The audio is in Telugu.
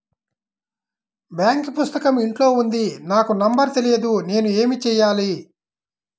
బాంక్ పుస్తకం ఇంట్లో ఉంది నాకు నంబర్ తెలియదు నేను ఏమి చెయ్యాలి?